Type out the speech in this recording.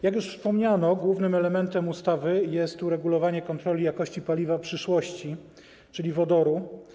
Jak już wspomniano, głównym elementem ustawy jest uregulowanie kontroli jakości paliwa przyszłości, czyli wodoru.